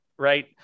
Right